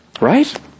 Right